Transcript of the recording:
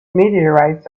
meteorites